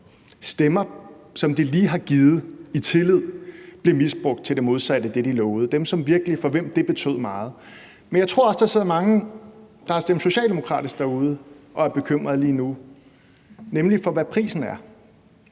stemmer, som de lige har afgivet i tillid, bliver misbrugt til det modsatte af det, der var blevet lovet, altså dem, for hvem det virkelig betød meget. Men jeg tror også, der sidder mange, der har stemt socialdemokratisk, derude og er bekymret lige nu, nemlig for hvad prisen er.